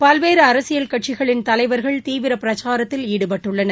பல்வேறுஅரசியல் கட்சிகளின் தலைவர்கள் தீவிரபிரச்சாரத்தில் ஈடுபட்டுள்ளனர்